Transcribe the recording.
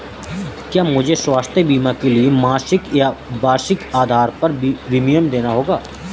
क्या मुझे स्वास्थ्य बीमा के लिए मासिक या वार्षिक आधार पर प्रीमियम देना होगा?